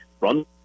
run